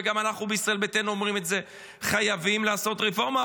וגם אנחנו בישראל ביתנו אומרים את זה: חייבים לעשות רפורמה,